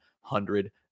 hundred